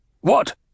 What